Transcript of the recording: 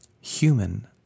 human